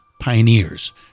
pioneers